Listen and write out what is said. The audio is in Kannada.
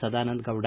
ಸದಾನಂದಗೌಡ